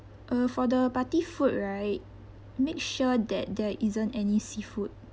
uh for the party food right make sure that there isn't any seafood